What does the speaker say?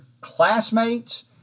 classmates